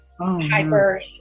hyper